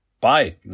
bye